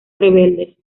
rebeldes